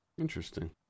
Interesting